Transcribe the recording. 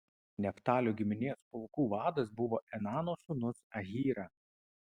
neftalio giminės pulkų vadas buvo enano sūnus ahyra